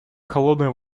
холодной